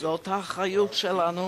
זאת האחריות שלנו,